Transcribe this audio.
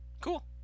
cool